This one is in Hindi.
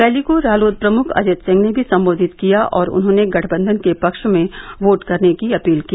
रैली को रालोद प्रमुख अजित सिंह ने भी संबोधित किया और उन्होंने गठबंधन के पक्ष में वोट करने की अपील की